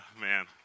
man